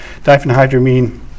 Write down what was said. Diphenhydramine